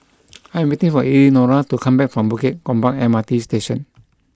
I am waiting for Elenora to come back from Bukit Gombak M R T Station